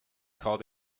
called